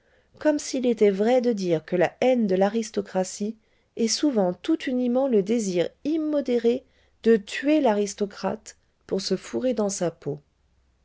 comme s'il était vrai de dire que la haine de l'aristocratie est souvent tout uniment le désir immodéré de tuer l'aristocrate pour se fourrer dans sa peau